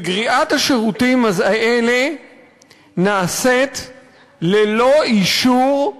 וגריעת השירותים האלה נעשית ללא אישור,